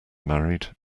married